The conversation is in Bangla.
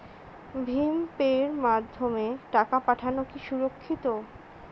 ভিম পের মাধ্যমে টাকা পাঠানো কি সুরক্ষিত?